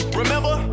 remember